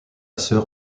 sœur